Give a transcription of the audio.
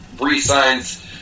re-signs